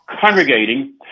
congregating